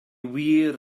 wir